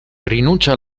rinuncia